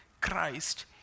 Christ